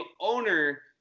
owner